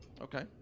Okay